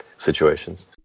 Situations